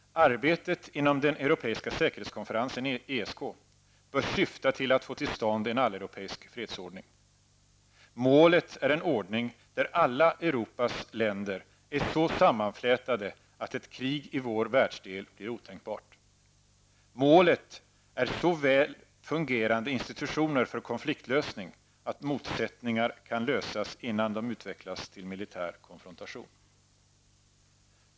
Arbetet inom den europeiska säkerhetskonferensen ESK bör syfta till att få till stånd en alleuropeisk fredsordning. Målet är en ordning, där alla Europas länder är så sammanflätade att ett krig i vår världsdel blir otänkbart. Målet är så väl fungerande institutioner för konfliktlösning, att motsättningar kan lösas, innan de utvecklas till militär konfrontation.